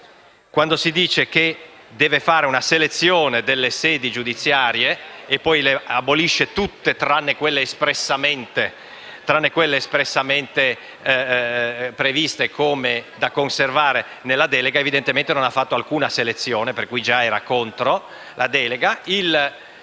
Quando si dice che si deve fare una selezione delle sedi giudiziarie e poi si aboliscono tutte, tranne quelle espressamente previste da conservare nella delega, è evidente che il Governo non ha fatto alcuna selezione, per cui è già andato contro la delega.